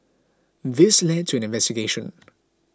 this led to an investigation